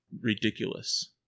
ridiculous